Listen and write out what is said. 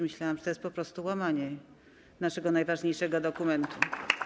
Myślałam, że to jest po prostu łamanie zasad naszego najważniejszego dokumentu.